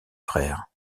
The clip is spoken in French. frères